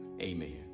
amen